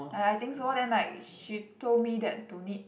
I I think so then like she told me that don't need